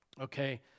Okay